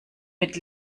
mit